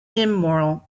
immoral